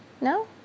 No